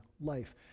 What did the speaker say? life